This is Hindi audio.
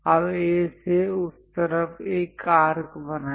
अब A से उस तरफ एक आर्क बनाएं